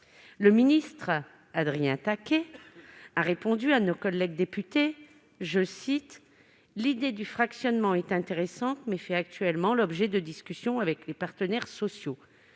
d'État, vous avez répondu à nos collègues députés que « l'idée du fractionnement est intéressante, mais fait actuellement l'objet de discussions avec les partenaires sociaux »,